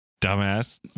dumbass